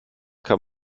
kann